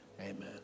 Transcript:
Amen